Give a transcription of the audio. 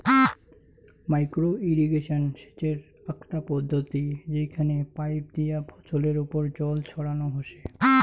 micro irrigation সেচের আকটো পদ্ধতি যেইখানে পাইপ দিয়া ফছলের ওপর জল ছড়ানো হসে